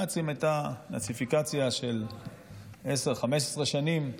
לנאצים הייתה נאציפיקציה של 10, 15 שנים,